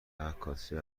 عکاسی